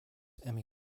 emmy